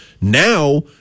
Now